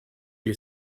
you